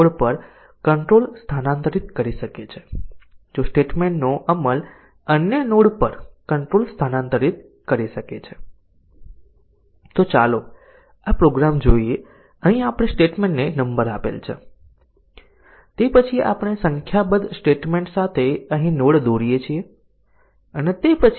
અમે પહેલેથી જ કહ્યું છે કે મલ્ટિપલ કંડિશન કવરેજ ભલે તે એક મજબૂત ટેસ્ટીંગ તકનીક છે તે એક મજબૂત ટેસ્ટીંગ આવશ્યકતા છે પરંતુ તે પછી તે વ્યવહારિક નથી કે એટોમિક કન્ડિશન ઓની સંખ્યામાં ઘણા બધા ટેસ્ટીંગ ના કિસ્સા એક્ષ્પોનેન્શિયલ હશે